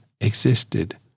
existed